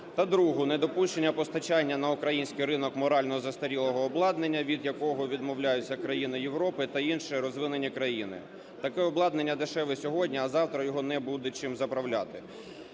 Та другу: недопущення постачання на український ринок морально застарілого обладнання, від якого відмовляються країни Європи та інші розвинені країни. Таке обладнання дешеве сьогодні, а завтра його не буде чим заправляти.